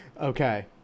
Okay